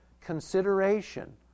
consideration